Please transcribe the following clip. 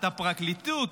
הפרקליטות,